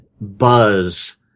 buzz